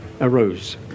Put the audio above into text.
arose